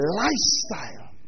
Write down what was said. lifestyle